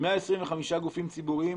125 גופים ציבוריים,